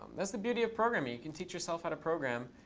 that's the beauty of programming. you can teach yourself how to program,